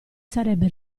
sarebbe